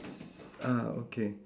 s~ ah okay